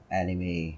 anime